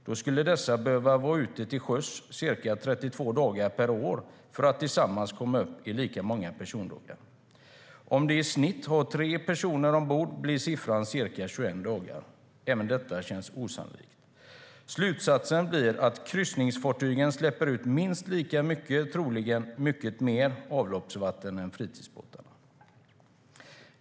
Då skulle dessa behöva vara ute till sjöss ca 32 dagar per år för att tillsammans komma upp i lika många persondagar. Om det i snitt är tre personer ombord blir siffran ca 21 dagar. Detta känns osannolikt. Slutsatsen blir att kryssningsfartygen släpper ut minst lika mycket, troligen mycket mer, avloppsvatten än fritidsbåtarna.